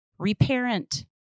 reparent